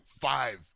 five